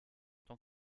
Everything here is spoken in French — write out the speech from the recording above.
tant